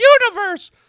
universe